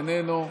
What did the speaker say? איננו.